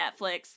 Netflix